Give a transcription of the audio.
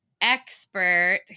expert